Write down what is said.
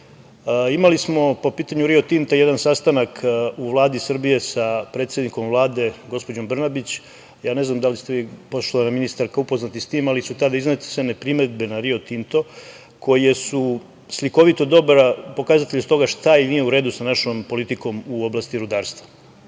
smo po pitanju „Rio Tinta“ jedan sastanak u Vladi Srbije sa predsednikom Vlade, gospođom Brnabić, ne znam da li ste vi poštovana ministarka upoznati sa tim, ali su tada iznete sve primedbe na „Rio Tinto“ koje su slikovito dobar pokazatelj toga šta nije u redu sa našom politikom u oblasti rudarstva. Pre